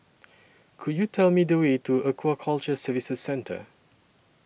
Could YOU Tell Me The Way to Aquaculture Services Centre